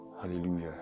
Hallelujah